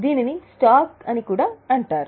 దీనిని స్టాక్ అని కూడా అంటారు